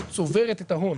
היא צוברת את ההון.